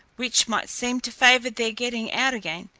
which might seem to favour their getting out again,